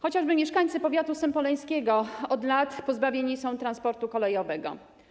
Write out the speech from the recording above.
Chociażby mieszkańcy powiatu sępoleńskiego od lat pozbawieni są transportu kolejowego.